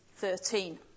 13